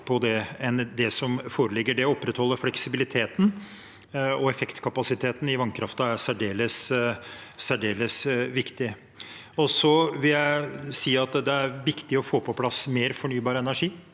Det opprettholder fleksibiliteten, og effektkapasiteten i vannkraften er særdeles viktig. Det er viktig å få på plass mer fornybar energi.